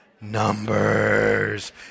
Numbers